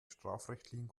strafrechtlichen